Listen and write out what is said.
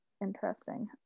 interesting